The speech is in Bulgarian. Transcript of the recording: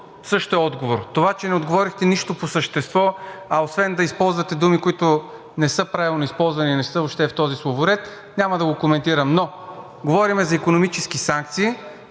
също е отговор. Това, че не отговорихте нищо по същество, а освен да използвате думи, които не са правилно използвани и не са въобще в този словоред, няма да го коментирам. Но говорим за икономически санкции,